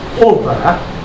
over